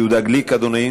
יהודה גליק, אדוני,